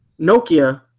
nokia